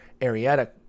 Arietta